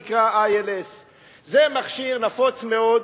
שנקרא ILS. זה מכשיר נפוץ מאוד,